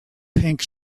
pink